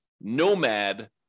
Nomad